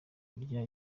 kurya